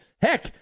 Heck